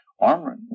armor